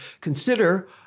consider